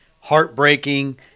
Heartbreaking